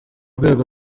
rwego